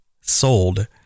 sold